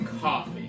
coffee